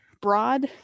broad